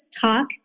talk